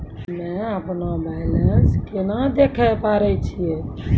हम्मे अपनो बैलेंस केना देखे पारे छियै?